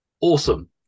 awesome